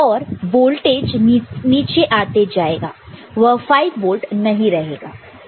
और वोल्टेज नीचे आते जाएगा वह 5 वोल्ट नहीं रहेगा